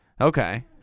Okay